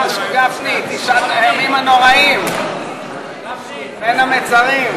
משהו, גפני, תשעת הימים הנוראים, בין המצרים.